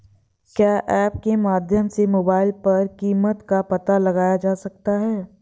क्या ऐप के माध्यम से मोबाइल पर कीमत का पता लगाया जा सकता है?